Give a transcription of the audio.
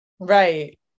Right